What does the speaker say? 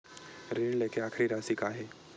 ऋण लेके आखिरी राशि का हे?